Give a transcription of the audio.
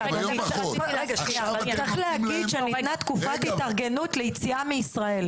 צריך להגיד שניתנה תקופת התארגנות ליציאה מישראל.